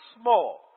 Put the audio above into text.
small